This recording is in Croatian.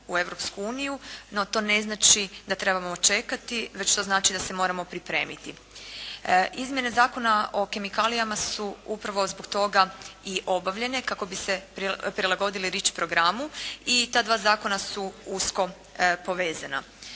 uniju. No, to ne znači da trebamo čekati, već to znači da se moramo pripremiti. Izmjene Zakona o kemikalijama su upravo zbog toga i obavljene kako bi se prilagodili REACH programu i ta dva zakona su usko povezana.